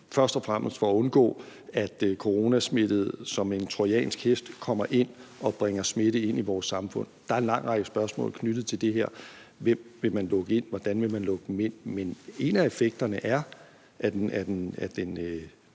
først og fremmest for at undgå, at coronasmittede som en trojansk hest kommer ind og blander smitte ind i vores samfund. Der er en lang række spørgsmål knyttet til det. Hvem vil man lukke ind? Hvordan vil man lukke dem ind? Men en af effekterne af den